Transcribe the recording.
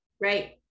Right